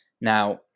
now